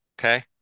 okay